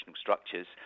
structures